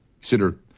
consider